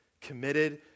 committed